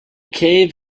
cave